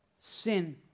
Sin